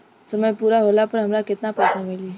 समय पूरा होला पर हमरा केतना पइसा मिली?